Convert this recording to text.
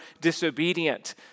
disobedient